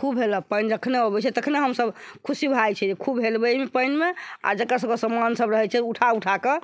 खूब हेलब पानि जखने अबै छै तखने हम सभ खुशी भऽ जाइ छियै कि खूब हेलबै पानिमे आ जेकर सभहक समान सभ रहै छै तेकर उठा उठाकऽ